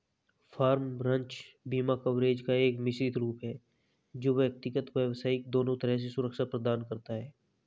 farm, ranch बीमा coverage का एक मिश्रित रूप है जो व्यक्तिगत, व्यावसायिक दोनों तरह से सुरक्षा प्रदान करता है